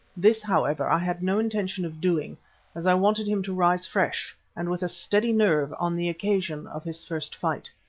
this, however, i had no intention of doing as i wanted him to rise fresh and with a steady nerve on the occasion of his first fight.